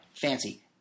fancy